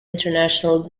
international